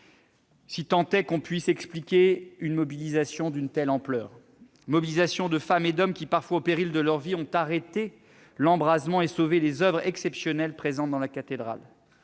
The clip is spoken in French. si tant est qu'on puisse expliquer une mobilisation d'une telle ampleur. Ce fut, d'abord, la mobilisation de femmes et d'hommes qui, parfois au péril de leur vie, ont arrêté l'embrasement et sauvé les oeuvres exceptionnelles présentes dans la cathédrale